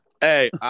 Hey